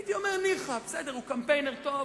הייתי אומר: ניחא, בסדר, הוא קמפיינר טוב,